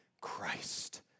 Christ